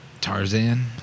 Tarzan